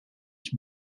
ich